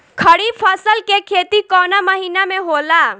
खरीफ फसल के खेती कवना महीना में होला?